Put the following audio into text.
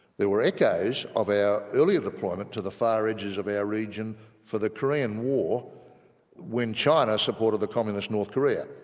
there were echoes of our earlier deployment to the far edges of our region for the korean war when china supported the communist north korea.